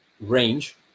range